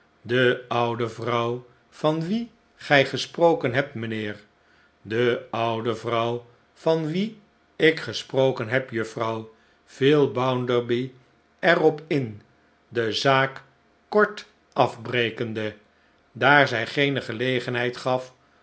de oude vrouw van wie gij gesproken hebt mijnheer oe oude vrouw van wie ik gesproken heb juffrouw viel bounderby er op in de zaak kort afbrekende daar zij geene gelegenheid gaf